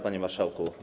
Panie Marszałku!